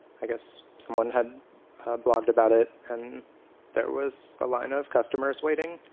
i guess someone had blogged about it and there was a line of customers waiting.